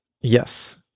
Yes